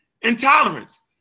intolerance